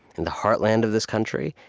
in the heartland of this country,